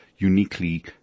uniquely